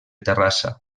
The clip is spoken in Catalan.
terrassa